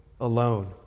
alone